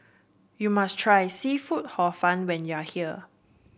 you must try seafood Hor Fun when you are here